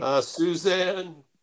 Suzanne